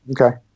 Okay